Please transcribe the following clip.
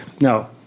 No